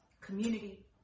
community